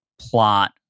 plot